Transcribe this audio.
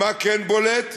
ומה כן בולט?